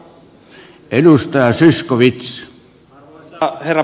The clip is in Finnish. arvoisa herra puhemies